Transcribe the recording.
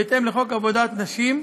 בהתאם לחוק עבודת נשים,